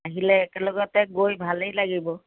আহিলে একেলগতে গৈ ভালেই লাগিব